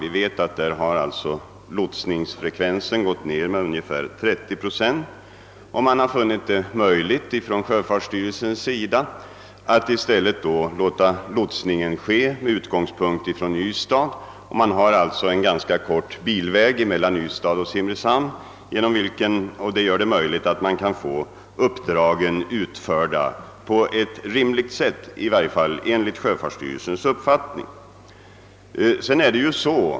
Vi vet att lotsningsfrekvensen där 'har gått ned med ungefär 30 procent, och sjöfartsstyrelsen har. därför funnit att lotsningen i stället bör ombesörjas från Ystad. Bilvägen mellan Ystad och Simrishamn är ganska kort, och det gör det möjligt att fullgöra uppgiften på ett rimligt sätt, i varje fall enligt. sjöfartsstyrelsens uppfattning.